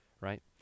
right